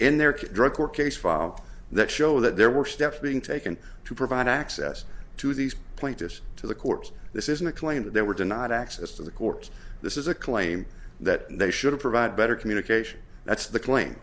in their drug court case file that show that there were steps being taken to provide access to these plaintiffs to the courts this isn't a claim that they were denied access to the court this is a claim that they should provide better communication that's